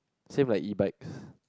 same like E bikes